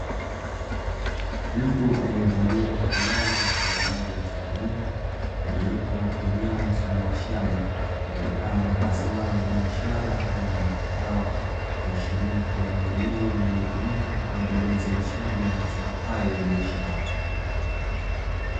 Mtu aliyevalia fulana yenye rangi mchanganyiko, aliyepo eneo mfano wa shamba lililopandwa mazao ya biashara aina ya kahawa, ikiashiria kuwa ni eneo linalotumika kwa ajili ya uzalishaji wa mazao hilo la biashara.